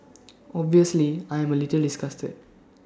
obviously I am A little disgusted